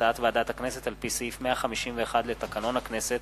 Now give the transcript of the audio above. הצעת חוק התכנון והבנייה (תיקון,